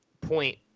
point